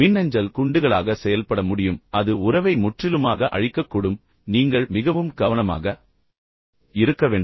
மின்னஞ்சல் குண்டுகளாக செயல்பட முடியும் அது உறவை முற்றிலுமாக அழிக்கக்கூடும் எனவே நீங்கள் மிகவும் கவனமாக இருக்க வேண்டும்